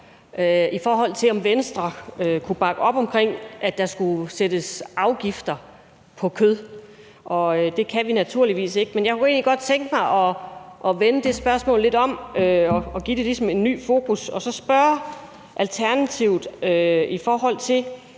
hvorvidt Venstre kunne bakke op omkring, at der skulle sættes afgifter på kød. Og det kan vi naturligvis ikke. Men jeg kunne egentlig godt tænke mig at vende det spørgsmål lidt om og ligesom give det et nyt fokus og spørge Alternativet, om